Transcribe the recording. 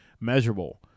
Measurable